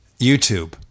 YouTube